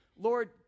Lord